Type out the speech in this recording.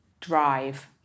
Drive